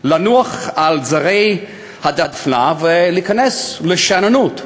לנוח על זרי הדפנה ולהיכנס לשאננות.